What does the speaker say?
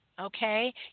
Okay